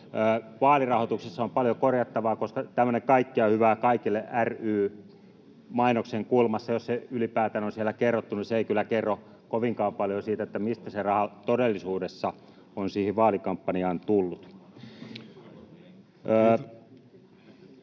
Vaalirahoituksessa on paljon korjattavaa, koska tämmöinen ”kaikkea hyvää kaikille ry” mainoksen kulmassa, jos se ylipäätään on siellä kerrottu, ei kyllä kerro kovinkaan paljon siitä, mistä se raha todellisuudessa on siihen vaalikampanjaan tullut.